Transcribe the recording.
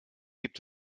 gibt